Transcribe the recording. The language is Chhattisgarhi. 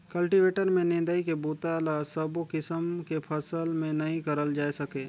कल्टीवेटर में निंदई के बूता ल सबो किसम के फसल में नइ करल जाए सके